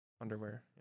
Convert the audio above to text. underwear